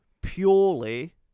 purely